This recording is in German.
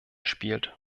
spielt